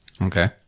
Okay